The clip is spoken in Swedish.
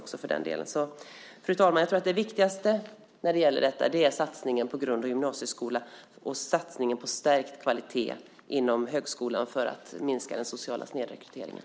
Jag tror att det viktigaste för att minska den sociala snedrekryteringen är satsningen på grund och gymnasieskola och satsningen på stärkt kvalitet inom högskolan.